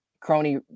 Crony